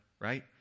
right